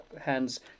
hands